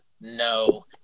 No